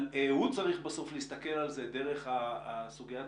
הוא זה שצריך בסוף להסתכל על זה דרך הסוגיה התקציבית,